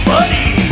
Buddy